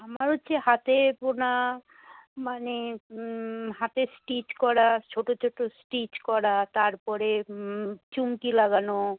আমার হচ্ছে হাতে বোনা মানে হাতে স্টিচ করা ছোটো ছোটো স্টিচ করা তারপরে চুমকি লাগানো